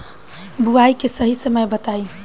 बुआई के सही समय बताई?